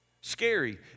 Scary